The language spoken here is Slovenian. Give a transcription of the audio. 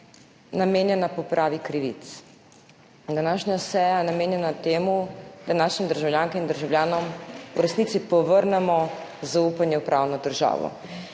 namenjena popravi krivic in današnja seja je namenjena temu, da našim državljankam in državljanom v resnici povrnemo zaupanje v pravno državo.